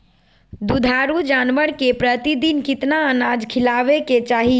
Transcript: दुधारू जानवर के प्रतिदिन कितना अनाज खिलावे के चाही?